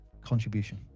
contribution